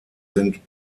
sind